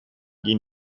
gehen